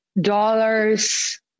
dollars